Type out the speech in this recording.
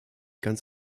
ganz